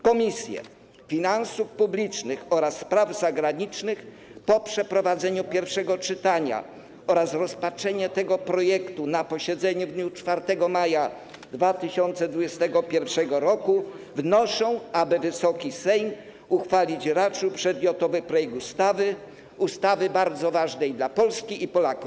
Komisja Finansów Publicznych oraz Komisja Spraw Zagranicznych po przeprowadzeniu pierwszego czytania oraz rozpatrzeniu tego projektu na posiedzeniu w dniu 4 maja 2021 r. wnoszą, aby Wysoki Sejm uchwalić raczył przedmiotowy projekt ustawy, ustawy bardzo ważnej dla Polski i Polaków.